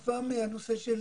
נבע מהנושא של